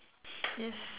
yes